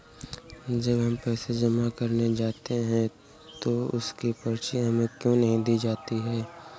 जब हम पैसे जमा करने जाते हैं तो उसकी पर्ची हमें क्यो नहीं दी जाती है?